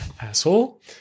asshole